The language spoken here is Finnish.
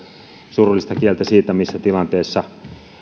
surullista kieltä siitä missä tilanteessa